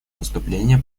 выступления